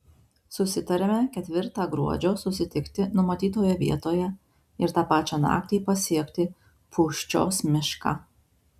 susitariame ketvirtą gruodžio susitikti numatytoje vietoje ir tą pačią naktį pasiekti pūščios mišką